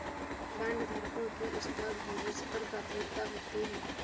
बॉन्डधारकों की स्टॉकहोल्डर्स पर प्राथमिकता होती है